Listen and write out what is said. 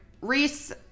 Reese